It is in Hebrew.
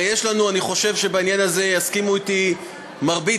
אני חושב שבעניין הזה יסכימו אתי מרבית,